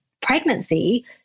pregnancy